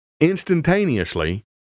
instantaneously